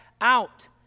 out